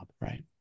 right